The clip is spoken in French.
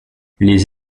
les